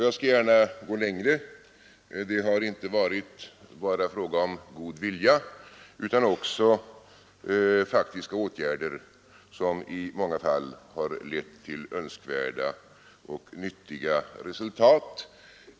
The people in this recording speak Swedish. Jag skall gärna gå längre: det har inte bara varit fråga om god vilja utan i många fall även om faktiska åtgärder som lett till önskvärda och nyttiga resultat.